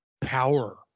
power